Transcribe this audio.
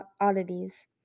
oddities